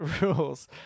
rules